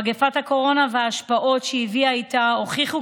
מגפת הקורונה וההשפעות שהיא הביאה איתה הוכיחו